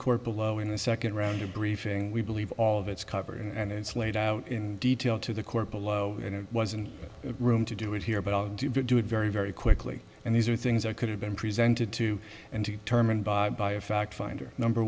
court below in the second round of briefing we believe all of its cover and it's laid out in detail to the court below and it wasn't room to do it here but i'll do it very very quickly and these are things i could have been presented to and termonde by a fact finder number